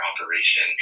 operation